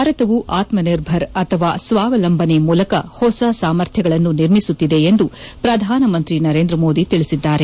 ಭಾರತವು ಆತ್ಮನಿರ್ಭರ ಅಥವಾ ಸ್ವಾವಲಂಬನೆ ಮೂಲಕ ಹೊಸ ಸಾಮರ್ಥ್ಯಗಳನ್ನು ನಿರ್ಮಿಸುತ್ತಿದೆ ಎಂದು ಪ್ರಧಾನಮಂತ್ರಿ ನರೇಂದ್ರ ಮೋದಿ ತಿಳಿಸಿದ್ದಾರೆ